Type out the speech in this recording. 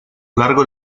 largo